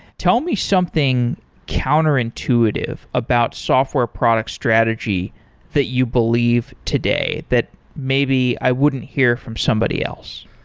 tell me something counterintuitive about software product strategy that you believe today that maybe i wouldn't hear from somebody else.